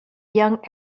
young